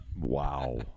wow